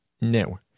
No